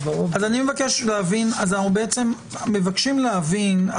אנחנו מבקשים להבין.